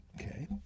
Okay